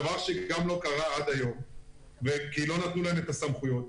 דבר שלא קרה עד היום כי לא נתנו להם את הסמכויות.